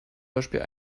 beispiel